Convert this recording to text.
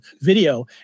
video